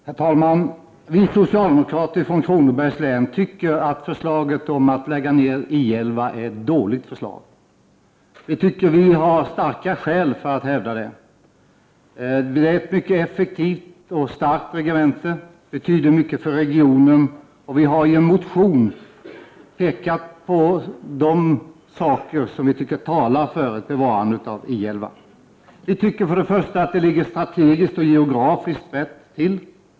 Herr talman! Vi socialdemokrater från Kronobergs län tycker att förslaget om att lägga ned I 11 är ett dåligt förslag. Vi tycker att vi har starka skäl för att rädda regementet. Det är ett effektivt och starkt regemente, och det betyder mycket för regionen. Vi har i en motion pekat på de saker som vi tycker talar för ett bevarande av I 11. Först och främst tycker vi att det strategiskt och geografiskt ligger rätt till.